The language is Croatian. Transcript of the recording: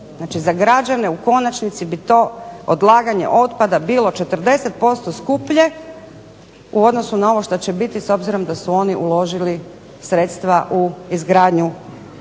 za građane u konačnici bi to odlaganje otpada bilo 40% skuplje u odnosu na ovo što će biti s obzirom da su oni uložili sredstva u izgradnju